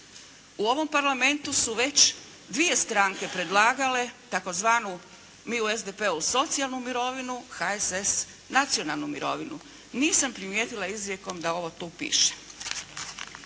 U ovom Parlamentu su već dvije stranke predlagale tzv., mi u SDP-u socijalnu mirovinu, HSS nacionalnu mirovinu. Nisam primijetila izrijekom da ovo tu piše.